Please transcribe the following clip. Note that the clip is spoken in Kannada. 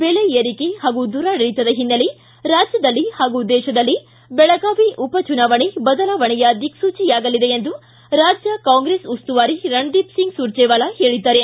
ಬೆಲೆ ಏರಿಕೆ ಹಾಗೂ ದುರಾಡಳಿತದ ಓನ್ನೆಲೆ ರಾಜ್ಯದಲ್ಲಿ ಹಾಗೂ ದೇಶದಲ್ಲಿ ಬೆಳಗಾವಿ ಉಪಚುನಾವಣೆ ಬದಲಾವಣೆಯ ದಿಕ್ಸೂಚಿಯಾಗಲಿದೆ ಎಂದು ರಾಜ್ಯ ಕಾಂಗ್ರೆಸ್ ಉಸ್ತುವಾರಿ ರಣದೀಪಸಿಂಗ್ ಸುರ್ಜೆವಾಲಾ ಹೇಳಿದ್ದಾರೆ